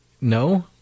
No